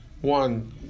One